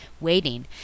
waiting